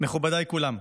מכובדיי כולם,